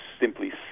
simply